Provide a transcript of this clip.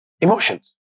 emotions